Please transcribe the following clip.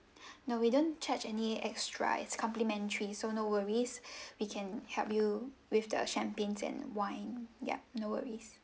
no we don't charge any extra it's complimentary so no worries we can help you with the champagne and wine ya no worries